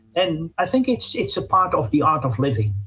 and i think it's it's a part of the art of living.